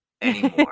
anymore